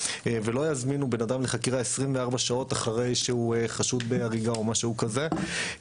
ולא שיזמינו אזרח לחקירה 24 שעות אחרי שהוא חשוד בהריגה או משהו כזה,